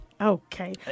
Okay